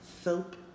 soap